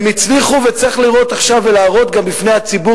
הם הצליחו וצריך לראות עכשיו ולהראות גם בפני הציבור